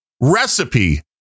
recipe